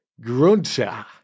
Grunter